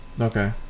Okay